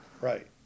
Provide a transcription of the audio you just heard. right